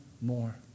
more